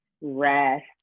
rest